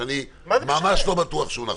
ואני ממש לא בטוח שהוא נכון,